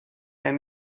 and